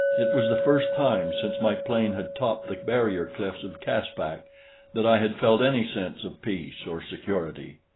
it was the first time since my plane had topped the barrier-cliffs of caspak that i had felt any sense of peace or security.